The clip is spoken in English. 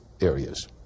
areas